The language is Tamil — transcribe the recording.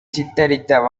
சித்தரித்த